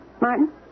Martin